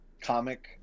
comic